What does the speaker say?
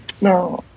No